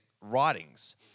writings